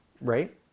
Right